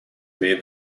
make